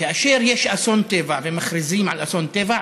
כאשר יש אסון טבע ומכריזים על אסון טבע,